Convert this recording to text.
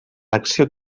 acció